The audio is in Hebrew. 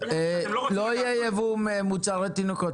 לא יהיה יבוא מוצרי תינוקות.